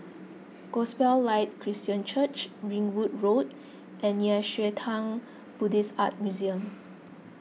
Gospel Light Christian Church Ringwood Road and Nei Xue Tang Buddhist Art Museum